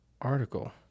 article